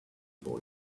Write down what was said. boy